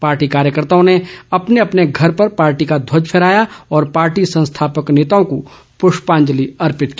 party कार्यकर्ताओं ने अपने अपने घर पर पार्टी का ध्वज फहराया और पार्टी संस्थापक नेताओं को पुष्पांजलि अर्पित की